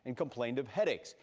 and complained of headaches.